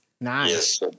Nice